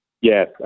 Yes